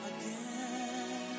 again